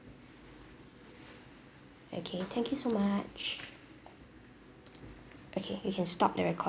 okay thank you so much okay we can stop the record